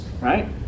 right